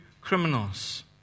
criminals